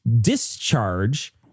discharge